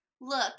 Look